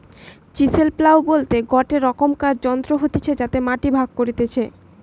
chisel plough বলতে গটে রকমকার যন্ত্র হতিছে যাতে মাটি ভাগ করতিছে